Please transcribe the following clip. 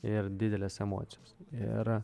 ir didelės emocijos ir